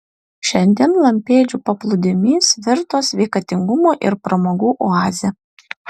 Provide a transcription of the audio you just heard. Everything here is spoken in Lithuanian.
šiandien lampėdžių paplūdimys virto sveikatingumo ir pramogų oaze